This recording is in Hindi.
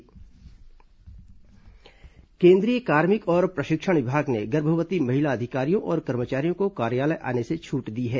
महिला कर्मचारी छूट केंद्रीय कार्मिक और प्रशिक्षण विभाग ने गर्भवती महिला अधिकारियों और कर्मचारियों को कार्यालय आने से छूट दी है